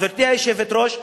גברתי היושבת-ראש,